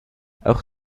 auch